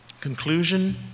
conclusion